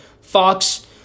Fox